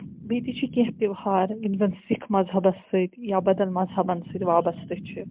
بیٚیہِ تہِ چھِ کیٚنہہ تِوہار یِم زَن سِکھ مَذہَبَس سۭتۍ یا بَدل مَذہَبَن سۭتۍ وبَستہٕ چھِ